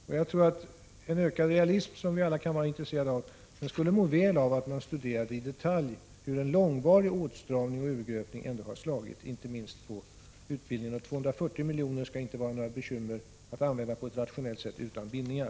Och jag tror att en ökad realism — som vi alla kan vara intresserade av — skulle bli följden om vi studerade i detalj hur en långvarig åtstramning och urgröpning har slagit inte minst på utbildningen. 240 milj.kr. skall det inte vara svårt att använda på ett rationellt sätt utan bindningar.